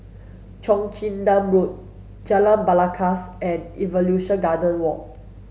Cheong Chin Nam Road Jalan Belangkas and Evolution Garden Walk